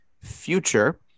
future